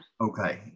Okay